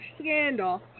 scandal